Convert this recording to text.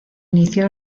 inició